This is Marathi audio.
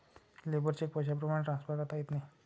लेबर चेक पैशाप्रमाणे ट्रान्सफर करता येत नाही